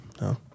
No